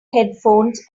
headphones